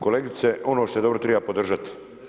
Kolegice, ono što je dobro, triba podržati.